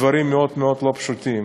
הדברים בהחלט מאוד מאוד לא פשוטים,